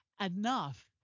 enough